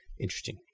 interesting